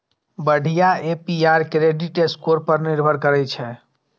बढ़िया APR credit score पर निर्भर करै छै